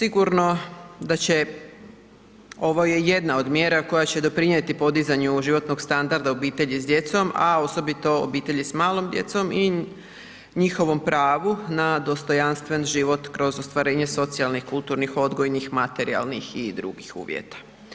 Ovo je jedna mjera koja će doprinijeti podizanju životnog standarda obitelji s djecom a osobito obitelji s malom djecom i njihovom pravu na dostojanstven život kroz ostvarenje socijalnih, kulturnih, odgojnih, materijalnih i drugih uvjeta.